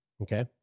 okay